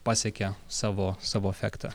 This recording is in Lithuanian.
pasiekia savo savo efektą